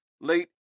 late